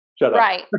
Right